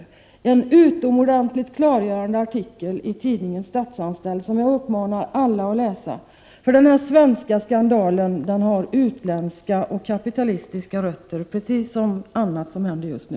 Detta går att läsa i en utomordentligt klargörande artikel i tidningen Statsanställd, som jag uppmanar alla att läsa. Den svenska skandalen har utländska och kapitalistiska rötter, precis som mycket annat som händer just nu.